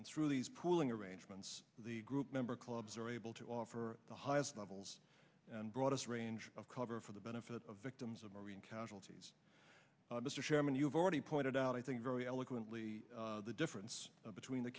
and through these pooling arrangements the group member clubs are able to offer the highest levels and broadest range of cover for the benefit of victims of marine casualties mr chairman you've already pointed out i think very eloquently the difference between the